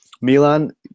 Milan